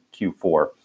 Q4